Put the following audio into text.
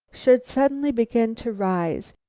should suddenly begin to rise,